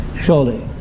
surely